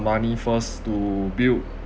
money first to build